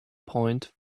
point